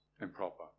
improper